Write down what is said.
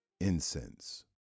Incense